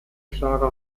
clara